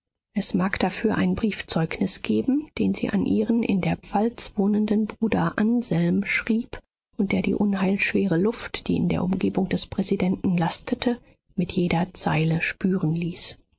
es mag dafür ein brief zeugnis geben den sie an ihren in der pfalz wohnenden bruder anselm schrieb und der die unheilschwere luft die in der umgebung des präsidenten lastete mit jeder zeile spüren ließ